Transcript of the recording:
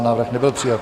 Návrh nebyl přijat.